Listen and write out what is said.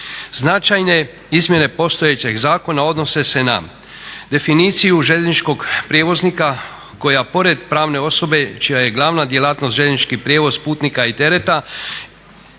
Značajne izmjene postojećeg zakona odnose se na definiciju željezničkog prijevoznika koja pored pravne osobe čija je glavna djelatnost željeznički prijevoz putnika i tereta